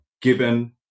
given